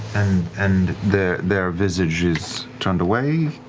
and and their their visage is turned away,